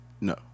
No